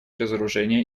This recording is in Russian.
разоружения